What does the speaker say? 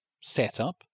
setup